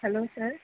hello sir